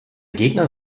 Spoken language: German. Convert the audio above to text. gegner